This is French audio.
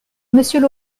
monsieur